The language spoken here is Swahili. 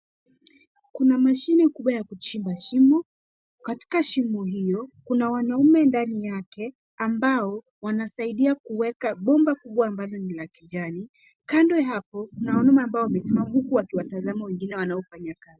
Kuna mashine kubwa ya kuchimba shimo. Katika shimo hilo kuna wanaume ndani yake ambao wanasaidia kuweka bomba kubwa ambalo ni la kijani. Kando hapo kuna wanaume ambao wamesimama huku wakiwatazama wengine wanaofanya kazi.